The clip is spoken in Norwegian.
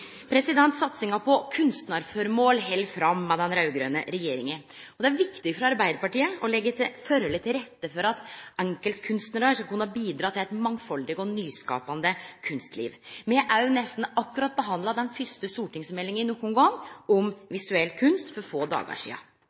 Satsinga på kunstnarformål held fram med den raud-grøne regjeringa. Det er viktig for Arbeidarpartiet å leggje forholda til rette for at enkeltkunstnarar skal kunne bidra til eit mangfaldig og nyskapande kunstliv. Me har òg for få dagar sidan behandla den første stortingsmeldinga nokon gong om visuell kunst. Me styrkar òg posten for